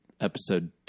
episode